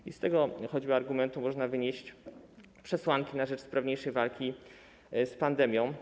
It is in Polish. I z tego choćby argumentu można wywieść przesłanki na rzecz sprawniejszej walki z pandemią.